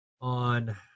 on